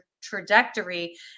trajectory